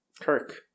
Kirk